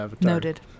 noted